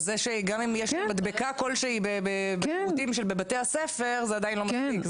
גם אם יש מדבקה כלשהי בשירותים שבבתי הספר זה עדיין לא מספיק.